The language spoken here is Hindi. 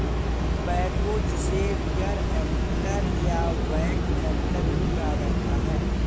बैकहो जिसे रियर एक्टर या बैक एक्टर भी कहा जाता है